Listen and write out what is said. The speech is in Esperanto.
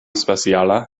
speciala